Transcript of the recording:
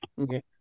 Okay